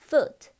Foot